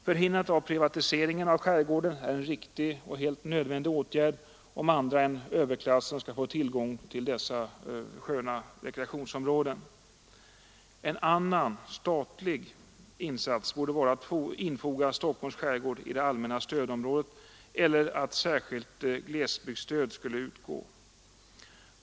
Förhindrandet av privatiseringen av skärgården är en riktig och helt nödvändig åtgärd, om andra än överklassen skall få tillgång till detta sköna rekreationsområde. En annan statlig insats borde vara att infoga Stockholms skärgård i det allmänna stödområdet eller att låta särskilt glesbygdsstöd utgå.